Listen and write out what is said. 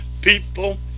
people